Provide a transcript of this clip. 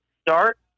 start